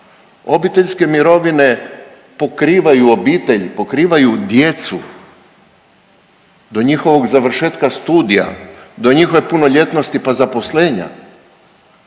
Obiteljske mirovine pokrivaju obitelj, pokrivaju djecu do njihovog završetka studija, do njihove punoljetnosti pa zaposlenja,